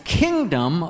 kingdom